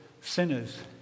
sinners